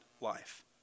life